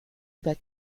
über